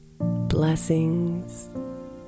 Blessings